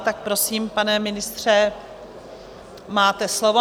Tak prosím, pane ministře, máte slovo.